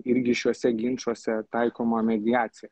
irgi šiuose ginčuose taikoma mediacija